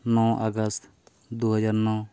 ᱱᱚ August ᱫᱩᱦᱟᱡᱟᱨ ᱱᱚ